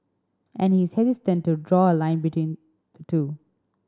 and he is hesitant to draw a link between the two